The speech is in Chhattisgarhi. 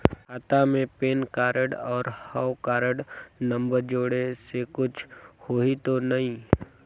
खाता मे पैन कारड और हव कारड नंबर जोड़े से कुछ होही तो नइ?